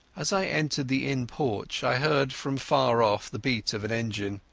as i entered the inn porch i heard from far off the beat of an engine.